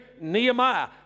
Nehemiah